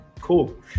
cool